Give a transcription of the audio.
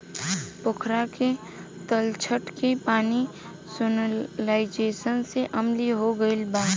पोखरा के तलछट के पानी सैलिनाइज़ेशन से अम्लीय हो गईल बा